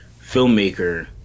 filmmaker